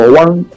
one